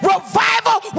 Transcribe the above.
Revival